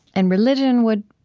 and religion would,